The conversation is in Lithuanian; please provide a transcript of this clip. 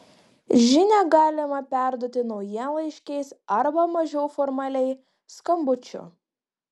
žinią galimą perduoti naujienlaiškiais arba mažiau formaliai skambučiu